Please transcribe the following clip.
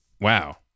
Wow